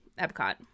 Epcot